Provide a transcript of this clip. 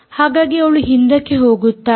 ಹಾಗಾಗಿ ಅವಳು ಹಿಂದಕ್ಕೆ ಹೋಗುತ್ತಾಳೆ